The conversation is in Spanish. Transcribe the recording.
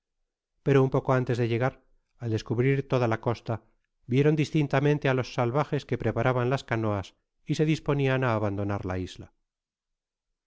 pero un poco antes de llegar al descubrir toda la costa vieron distintamente á los salvajes que preparaban las canoas y se disponian á abandonar la isla